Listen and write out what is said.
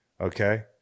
okay